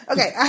Okay